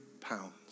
pounds